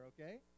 okay